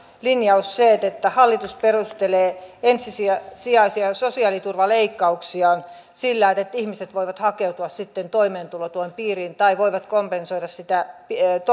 linjaus se että hallitus perustelee ensisijaisia sosiaaliturvaleikkauksiaan sillä että että ihmiset voivat hakeutua sitten toimeentulotuen piiriin tai voivat kompensoida sitä